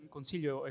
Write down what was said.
Consiglio